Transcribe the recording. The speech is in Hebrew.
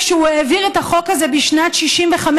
כשהוא העביר את החוק הזה בשנת 1965,